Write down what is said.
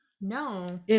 No